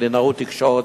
בקלינאות תקשורת,